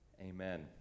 amen